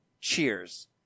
Cheers